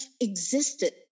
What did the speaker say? existed